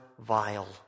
vile